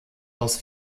aus